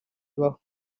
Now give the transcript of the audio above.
ibaho